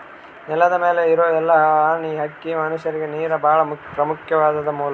ನೆಲದ್ ಮ್ಯಾಲ್ ಇರೋ ಎಲ್ಲಾ ಪ್ರಾಣಿ, ಹಕ್ಕಿ, ಮನಷ್ಯರಿಗ್ ನೀರ್ ಭಾಳ್ ಪ್ರಮುಖ್ವಾದ್ ಮೂಲ